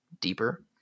deeper